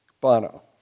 Bono